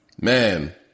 man